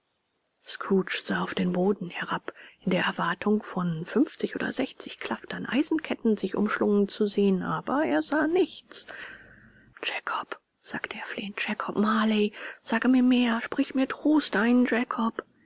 sah auf den boden herab in der erwartung von fünfzig oder sechzig klaftern eisenketten sich umschlungen zu sehen aber er sah nichts jakob sagte er flehend jakob marley sage mir mehr sprich mir trost ein